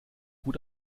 gut